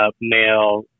male